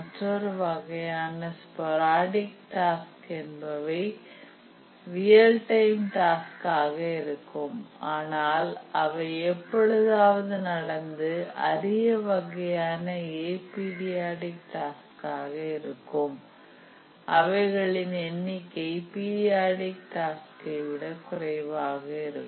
மற்றொரு வகையான sporadic task என்பவை ரியல் டைம் டாஸ்க் ஆக இருக்கும் ஆனால் அவை எப்பொழுதாவது நடந்து அரிய வகையான ஏ பீரியாடிக் டாஸ்க் ஆக இருக்கும் அவைகளின் எண்ணிக்கை பீரியாடிக் டாஸ்கை விட குறைவாக இருக்கும்